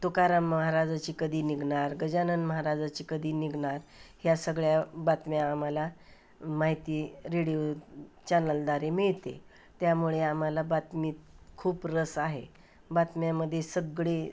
तुकाराम महाराजांची कधी निघणार गजानन महाराजांची कधी निघणार ह्या सगळ्या बातम्या आम्हाला माहिती रेडिओ चॅनलद्वारे मिळते आहे त्यामुळे आम्हाला बातमीत खूप रस आहे बातम्यांमध्ये सगळे